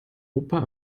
opa